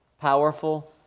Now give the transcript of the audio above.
powerful